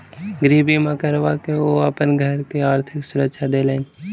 गृह बीमा करबा के ओ अपन घर के आर्थिक सुरक्षा देलैन